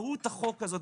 מהות החוק הזאת,